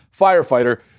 firefighter